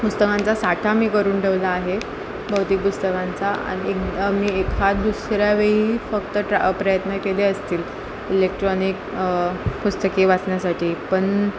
पुस्तकांचा साठा मी करून ठेवला आहे भौतिक पुस्तकांचा आणि एक मी एखादुसऱ्या वेळी फक्त ट्रा प्रयत्न केले असतील इलेक्ट्रॉनिक पुस्तके वाचण्यासाठी पण